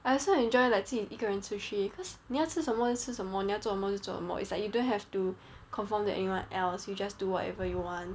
I also enjoy like 自己一个人出去 cause 妳要吃什么就吃什么妳要做什么就做什么 is like you don't have to conform to anyone else you just do whatever you want